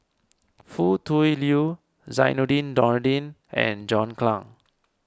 Foo Tui Liew Zainudin Nordin and John Clang